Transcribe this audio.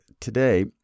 today